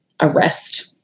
arrest